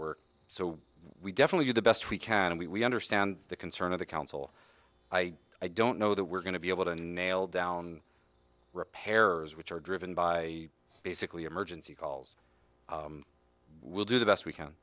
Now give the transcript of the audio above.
work so we definitely do the best we can and we understand the concern of the council i i don't know that we're going to be able to nail down repairers which are driven by basically emergency calls we'll do the best we can